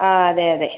ആ അതെ അതെ